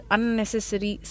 Unnecessary